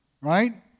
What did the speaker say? right